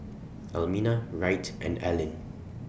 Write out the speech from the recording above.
Almina Wright and Allyn